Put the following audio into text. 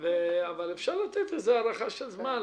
אפשר לתת לזה הארכה של זמן,